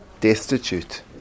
destitute